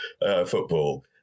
football